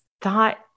Thought